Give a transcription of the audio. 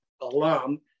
alum